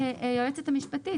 היועצת המשפטית,